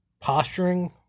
posturing